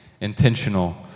intentional